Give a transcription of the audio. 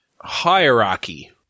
Hierarchy